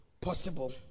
possible